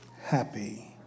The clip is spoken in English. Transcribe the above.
happy